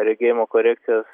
regėjimo korekcijos